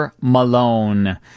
Malone